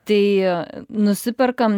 tai nusiperkam